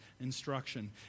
instruction